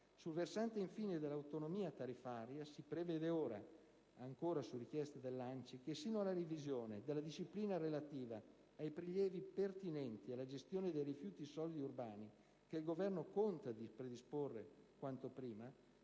Sul versante dell'autonomia tariffaria, infine, si prevede ora - ancora su richiesta dell'ANCI - che, sino alla revisione della disciplina relativa ai prelievi pertinenti alla gestione dei rifiuti solidi urbani (che il Governo conta di predisporre quanto prima)